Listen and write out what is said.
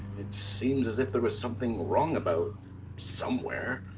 it seems as if there was something wrong about somewhere.